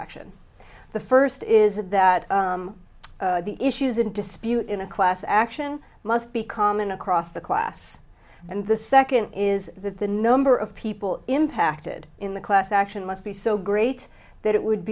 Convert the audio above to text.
action the first is that the issues in dispute in a class action must be common across the class and the second is that the number of people impacted in the class action must be so great that it would